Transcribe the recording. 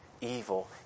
evil